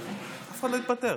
אף אחד לא התפטר.